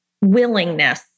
willingness